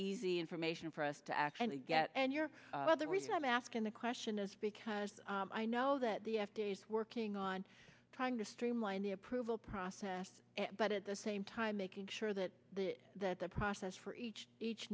easy information for us to actually get and you're well the reason i'm asking the question is because i know that the f d a is working on trying to streamline the approval process but at the same time making sure that the process for each each